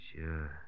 Sure